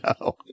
no